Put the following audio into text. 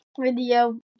video